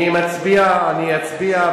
אני מצביע, אני אצביע.